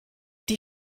die